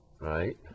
right